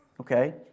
Okay